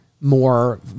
more